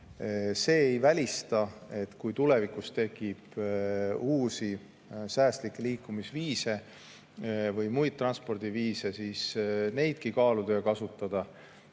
See ei välista, et kui tulevikus tekib uusi säästlikke liikumisviise või muid transpordiviise, siis neidki võib kaaluda ja kasutada.